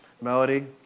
Melody